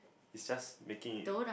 it's just making it